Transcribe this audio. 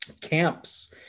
camps